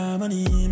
money